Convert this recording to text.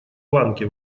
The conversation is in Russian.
ланки